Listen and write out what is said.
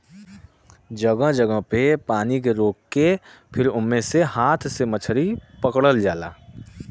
जगह जगह पे पानी रोक के फिर ओमे से हाथ से मछरी पकड़ल जाला